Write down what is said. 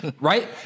Right